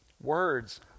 Words